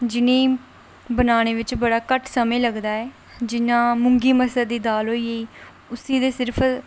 जि'नें ई बनाने बिच बड़ा घट्ट समें लगदा ऐ जि'यां मुंगी मसर दी दाल होई गेई उसी ते सिर्फ